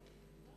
נכון.